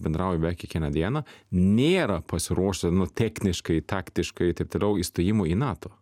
bendrauju beveik kiekvieną dieną nėra pasiruošta techniškai taktiškai taip toliau įstojimui į nato